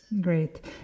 Great